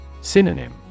Synonym